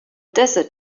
desert